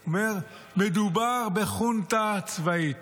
אומר: מדובר בחונטה צבאית.